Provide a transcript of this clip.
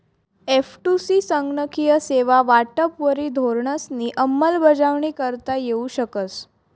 एफ.टु.सी संगणकीय सेवा वाटपवरी धोरणंसनी अंमलबजावणी करता येऊ शकस